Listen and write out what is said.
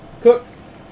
Cooks